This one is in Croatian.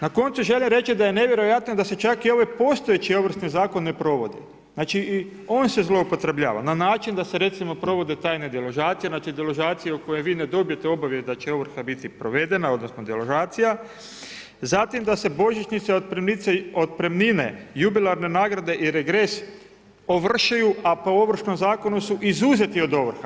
Na koncu želim reći daje nevjerojatno da se čak i ovaj postojeći Ovršni zakon ne provodi, znači i on se zloupotrebljava na način da se recimo provode tajne deložacije, znači deložacije u koje vi ne dobijete obavijest da će ovrha biti provedena odnosno deložacija, zatim da se božićnica i otpremnina, jubilarne nagrade i regresi ovršuju a po Ovršnom zakonu su izuzeti od ovrha.